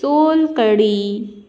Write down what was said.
सोलकडी